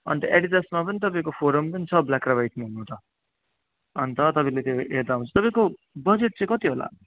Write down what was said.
अन्त एडिडासमा पनि तपाईँको फोरम पनि छ ब्ल्याक र वाइटमा हुनु त अन्त तपाईँले त्यो हेर्दा हुन्छ तपाईँको बजेट चाहिँ कति होला